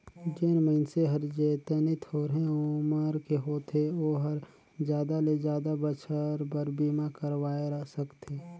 जेन मइनसे हर जेतनी थोरहें उमर के होथे ओ हर जादा ले जादा बच्छर बर बीमा करवाये सकथें